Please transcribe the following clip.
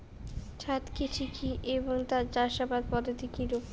ছাদ কৃষি কী এবং এর চাষাবাদ পদ্ধতি কিরূপ?